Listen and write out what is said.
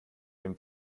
dem